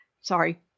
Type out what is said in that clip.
sorry